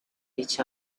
each